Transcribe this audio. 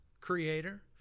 creator